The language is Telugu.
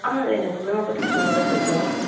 లేదండి మేము ఒక సిక్స్ మెంబర్స్ వెళ్తున్నాం